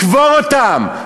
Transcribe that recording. לקבור אותן,